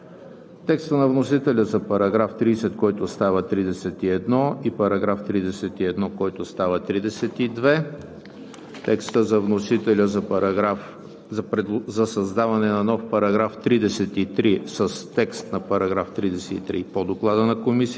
текста на вносителя за § 29, който става § 30 с предложените от Комисията замествания в текста; текста на вносителя за § 30, който става § 31; и § 31, който става §